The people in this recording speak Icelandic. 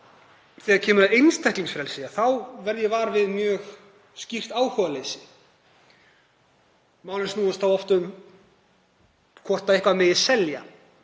þegar kemur að einstaklingsfrelsi verð ég var við mjög skýrt áhugaleysi. Málin snúast oft um hvort eitthvað megi selja